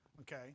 Okay